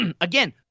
again